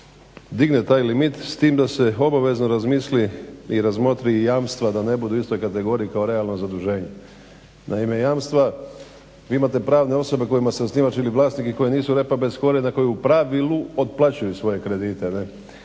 digne taj limit s tim da se obavezno razmisli i razmotri jamstva da ne budu u istoj kategoriji kao realno zaduženje. Naime, jamstva vi imate pravne osobe kojima ste osnivač ili vlasnik i koja nisu repa bez korijena, koji u pravilu otplaćuju svoje kredite.